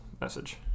message